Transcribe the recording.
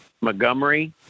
Montgomery